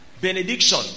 benediction